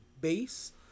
base